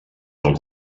del